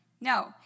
No